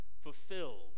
fulfilled